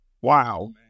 Wow